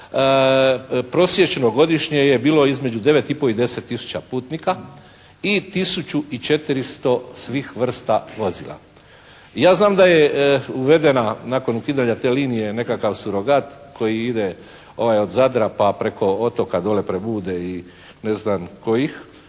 prosječno godišnje je bilo između 9,5 i 10 tisuća putnika i 1400 svih vrsta vozila. Ja znam da je uvedena nakon ukidanja te linije nekakav surogat koji ide od Zadra pa preko otoka dole Premude i ne znam kojih,